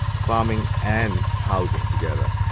farming and housing together.